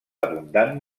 abundant